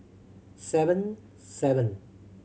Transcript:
seven seven